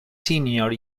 senior